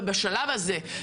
ובשלב הזה,